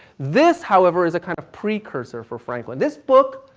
this, however, is a kind of precursor for franklin. this book,